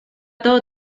todo